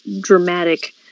dramatic